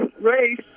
race